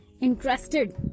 interested